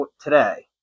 today